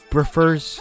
refers